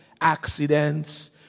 Accidents